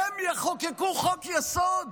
הם יחוקקו חוק-יסוד?